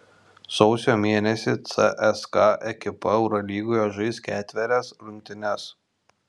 sausio mėnesį cska ekipa eurolygoje žais ketverias rungtynes